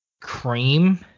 cream